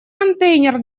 контейнер